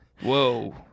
Whoa